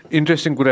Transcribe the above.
Interesting